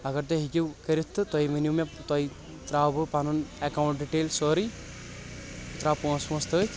اگر تُہۍ ہٮ۪کِو کٔرتھ تہٕ تُہۍ ؤنِو مےٚ تۄہہِ تراوو بہٕ پنُن اکاونٹ ڈیٖٹیل سورُے بہٕ تراو پونٛسہٕ وونٛسہٕ تتھۍ